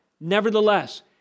Nevertheless